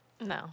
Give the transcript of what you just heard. No